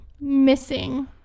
missing